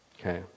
Okay